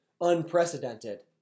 unprecedented